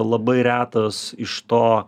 labai retas iš to